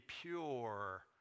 pure